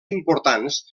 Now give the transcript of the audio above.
importants